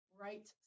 right